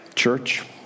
Church